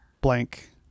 blank